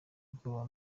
ubwoba